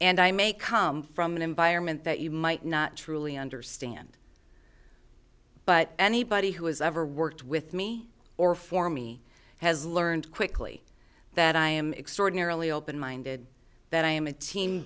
and i may come from an environment that you might not truly understand but anybody who has ever worked with me or for me has learned quickly that i am extraordinarily open minded that i am a team